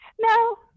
no